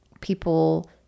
people